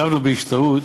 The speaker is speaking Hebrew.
עקבנו בהשתאות